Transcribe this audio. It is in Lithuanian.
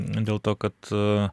dėl to kad